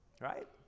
right